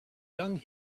young